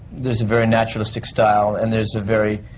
there's a very naturalistic style. and there's a very.